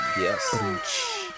Yes